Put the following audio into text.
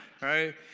right